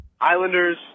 Islanders